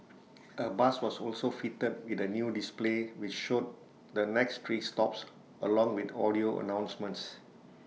A bus was also fitted with A new display which showed the next three stops along with audio announcements